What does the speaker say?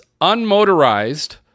unmotorized